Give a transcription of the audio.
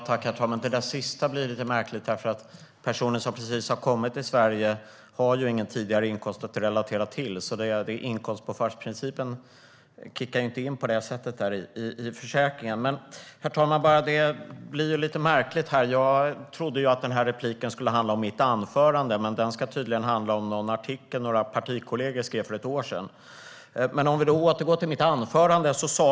Herr talman! Det sista blev lite märkligt. Personer som precis har kommit till Sverige har ingen tidigare inkomst att relatera till. Inkomstbortfallsprincipen kickar inte in på det sättet i försäkringen. Herr talman! Det blir lite märkligt här. Jag trodde att repliken skulle handla om mitt anförande, men den ska tydligen handla om en artikel några partikollegor skrev för ett år sedan. Låt oss återgå till mitt anförande.